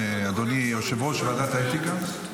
אדוני יושב-ראש ועדת האתיקה.